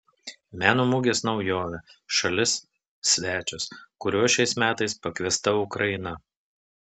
meno mugės naujovė šalis svečias kuriuo šiais metais pakviesta ukraina